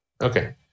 Okay